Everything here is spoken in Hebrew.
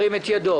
ירים את ידו.